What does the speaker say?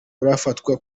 arafatwa